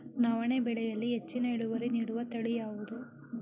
ನವಣೆ ಬೆಳೆಯಲ್ಲಿ ಹೆಚ್ಚಿನ ಇಳುವರಿ ನೀಡುವ ತಳಿ ಯಾವುದು?